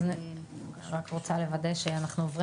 אני רוצה עוד פעם